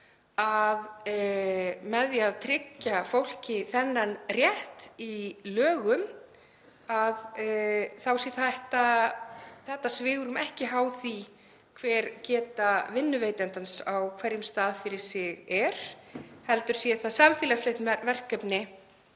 að með því að tryggja fólki þennan rétt í lögum þá sé þetta svigrúm ekki háð því hver geta vinnuveitandans á hverjum stað fyrir sig er heldur sé það samfélagslegt verkefni